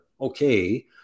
Okay